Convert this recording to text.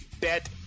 Bet